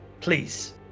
Please